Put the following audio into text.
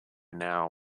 now